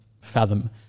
fathom